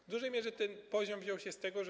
W dużej mierze ten poziom wziął się z tego, że.